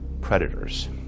predators